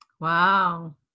Wow